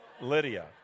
Lydia